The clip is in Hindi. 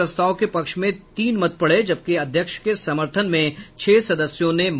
प्रस्ताव के पक्ष में तीन मत पड़े जबकि अध्यक्ष के समर्थन में छह सदस्यों ने मतदान किया